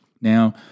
Now